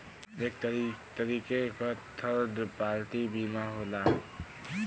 एक तरीके क थर्ड पार्टी बीमा होला